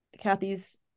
Kathy's